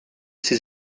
ses